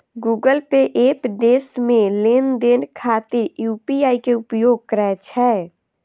Google pay app देश मे लेनदेन खातिर यू.पी.आई के उपयोग करै छै